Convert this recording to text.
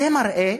זה מראה,